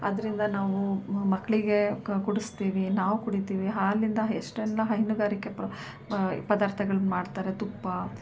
ಅದರಿಂದ ನಾವು ಮಕ್ಕಳಿಗೆ ಕ ಕುಡಿಸ್ತೀವಿ ನಾವು ಕುಡಿತೀವಿ ಹಾಲಿಂದ ಎಷ್ಟೆಲ್ಲಾ ಹೈನುಗಾರಿಕೆ ಪದಾರ್ಥಗಳನ್ ಮಾಡ್ತಾರೆ ತುಪ್ಪ